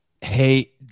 Hey